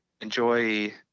enjoy